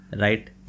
right